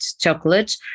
Chocolate